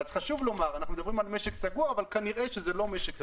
אז חשוב לומר שאנחנו מדברים על משק סגור אבל כנראה שזה לא משק סגור.